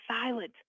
silent